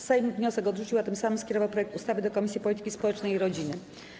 Sejm wniosek odrzucił, a tym samym skierował projekt ustawy do Komisji Polityki Społecznej i Rodziny.